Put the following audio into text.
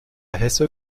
hesse